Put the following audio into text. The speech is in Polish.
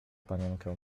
panienkę